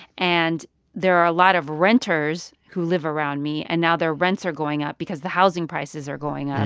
and there are a lot of renters who live around me, and now their rents are going up because the housing prices are going up.